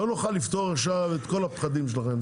לא נוכל לפתור עכשיו את כל הפחדים שלכם.